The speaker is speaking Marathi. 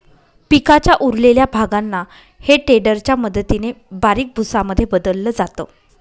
पिकाच्या उरलेल्या भागांना हे टेडर च्या मदतीने बारीक भुसा मध्ये बदलल जात